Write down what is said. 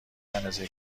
اندازه